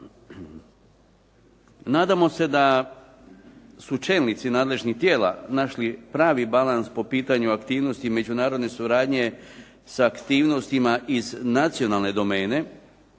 Nadamo se da su čelnici nadležnih tijela našli pravi balans po pitanju aktivnosti i međunarodne suradnje sa aktivnostima iz nacionalne domene,